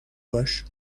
باش